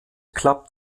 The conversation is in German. club